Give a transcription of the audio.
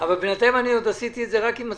אני אעשה את זה בקצרה.